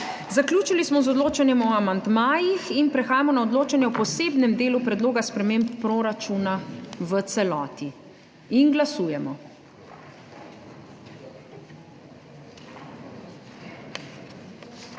Zaključili smo z odločanjem o amandmajih in prehajamo na odločanje o posebnem delu Dopolnjenega predloga proračuna v celoti. Glasujemo.